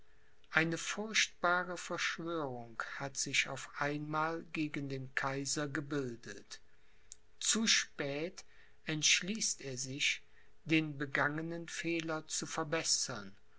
eine furchtbare verschwörung hat sich auf einmal gegen den kaiser gebildet zu spät entschließt er sich den begangenen fehler zu verbessern